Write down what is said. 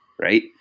right